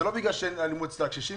זה לא בגלל שאין אלימות כלפי הקשישים,